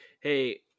Hey